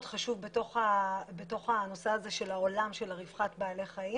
חשוב בתוך הנושא הזה של העולם של רווחת בעלי חיים